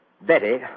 Betty